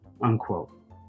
unquote